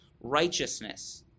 righteousness